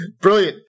Brilliant